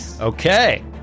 Okay